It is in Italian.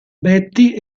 betty